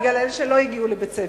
בגלל אלה שלא הגיעו לבית-הספר.